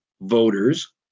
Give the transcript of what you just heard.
voters